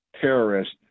terrorist